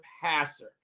passer